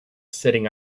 sitting